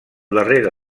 darrere